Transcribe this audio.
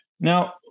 Now